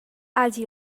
hagi